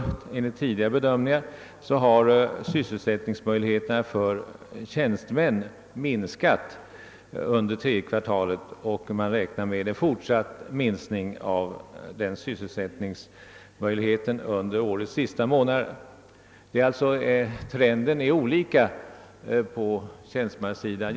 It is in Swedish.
Enligt institutets bedömningar har däremot sysselsättningsmöjligheterna för tjänstemän minskat under tredje kvartalet, och man räknar med en fortsatt minskning av sysselsättningsmöjligheterna under årets sista månader. Jämfört med arbetarsidan är trenden alltså olika på tjänstemannasidan.